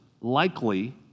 likely